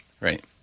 Right